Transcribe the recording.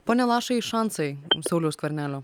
pone lašai šansai sauliaus skvernelio